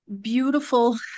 beautiful